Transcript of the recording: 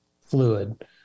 fluid